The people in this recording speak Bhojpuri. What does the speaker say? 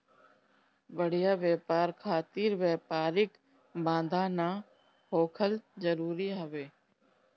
बढ़िया व्यापार खातिर व्यापारिक बाधा ना होखल जरुरी हवे